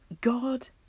God